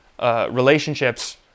relationships